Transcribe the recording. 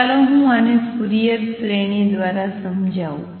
ચાલો હું આને ફ્યુરિયર શ્રેણી દ્વારા સમજાવું